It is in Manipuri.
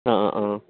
ꯑꯥ ꯑꯥ ꯑꯥ